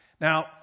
Now